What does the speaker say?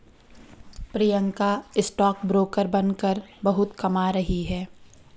Priyanka stock broker बनकर बहुत कमा रही है